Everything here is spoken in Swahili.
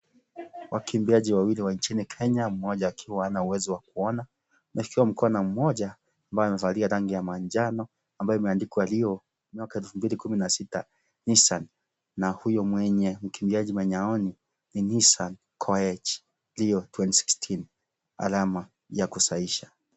Wakimbiaji wawili wa nchini Kenya, mmoja akiwa hana uwezo wa kuona, ameshikiwa mkono na mmoja, ambaye amevalia rangi ya manjano, ambayo imeandikwa Rio 2016, Nissan, na huyu mwenye mkimbiaji mwenye haoni ni Nissan Koech Rio 2016, alama ya kusahisha.